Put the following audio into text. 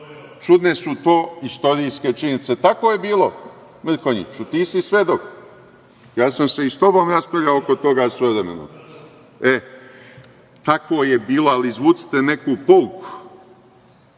Čudne su to istorijske činjenice. Tako je bilo, Mrkonjiću. Ti si svedok. Ja sam se i sa tobom raspravljao oko toga svojevremeno. Tako je bilo, ali izvucite neku pouku.